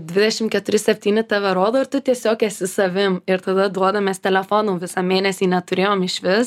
dvidešim keturi septyni tave rodo ir tu tiesiog esi savim ir tada duoda mes telefonų visą mėnesį neturėjom išvis